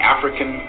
African